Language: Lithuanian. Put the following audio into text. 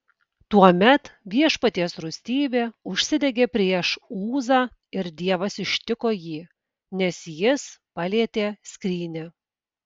tuomet viešpaties rūstybė užsidegė prieš uzą ir dievas ištiko jį nes jis palietė skrynią